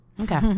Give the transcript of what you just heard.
Okay